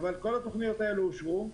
אבל כל התוכניות האלו אושרו,